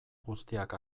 guztiak